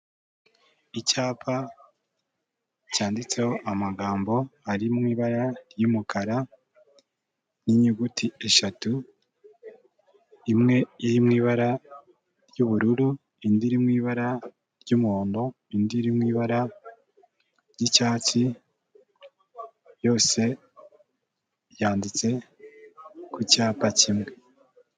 Icyapa cyanditseho amagambo ari mu ibara ry'umukara, n'inyuguti eshatu, imwe iri mu ibara ry'ubururu, indi iri mu ibara ry'umuhondo, indi iri mu ibara ry'icyatsi, yose yanditse ku cyapa kimwe.